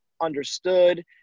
understood